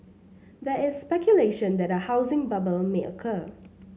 there is speculation that a housing bubble may occur